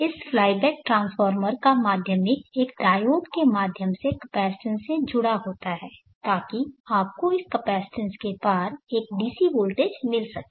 इस flyback transformer का माध्यमिक एक डायोड के माध्यम से कैपेसिटेंस से जुड़ा होता है ताकि आपको इस कैपेसिटेंस के पार एक डीसी वोल्टेज मिल सके